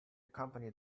company